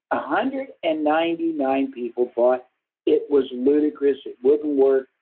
ah hundred and ninety nine people thought it was ludicrous. it wouldn't work.